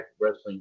Wrestling